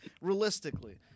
realistically